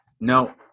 No